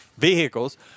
Vehicles